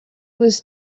was